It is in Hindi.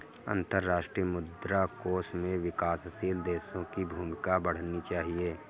अंतर्राष्ट्रीय मुद्रा कोष में विकासशील देशों की भूमिका पढ़नी चाहिए